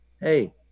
hey